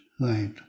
right